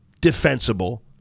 defensible